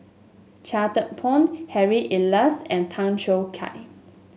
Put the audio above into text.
Chia Thye Poh Harry Elias and Tan Choo Kai